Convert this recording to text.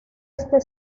este